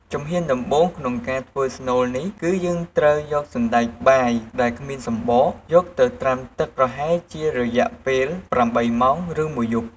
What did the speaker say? ជំហានដំបូងក្នុងការធ្វើស្នូលនេះ គឺយើងត្រូវ យកសណ្ដែកបាយដែលគ្មានសំបក យកទៅត្រាំទឹកប្រហែលជារយៈពេល ៨ ម៉ោង ឬមួយយប់។